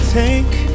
take